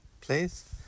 place